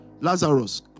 Lazarus